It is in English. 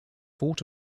thought